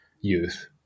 youth